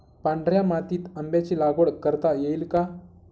पांढऱ्या मातीत आंब्याची लागवड करता येईल का?